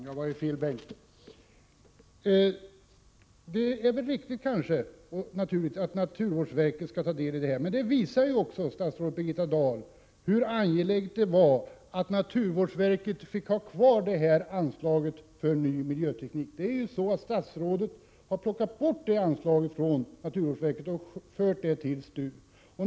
Herr talman! Det är väl riktigt och naturligt att naturvårdsverket skall ta del i detta, men det visar också, statsrådet Birgitta Dahl, hur angeläget det var att naturvårdsverket fick ha kvar anslaget för ny miljöteknik. Statsrådet har ju plockat bort det anslaget från naturvårdsverket och fört det till STU.